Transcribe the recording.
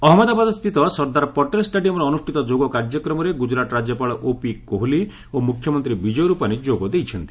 ଅହଜ୍ଞଦାବାଦସ୍ତିତ ସର୍ଦ୍ଦାର ପଟେଲ୍ ଷ୍ଟାଡିୟମ୍ରେ ଅନୁଷ୍ଠିତ ଯୋଗ କାର୍ଯ୍ୟକ୍ରମରେ ଗୁକରାଟ୍ ରାଜ୍ୟପାଳ ଓପି କେହଲି ଓ ମ୍ରଖ୍ୟମନ୍ତ୍ରୀ ବିଜୟ ର୍ପାନୀ ଯୋଗ ଦେଇଛନ୍ତି